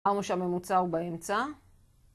אמוש הממוצע הוא באמצע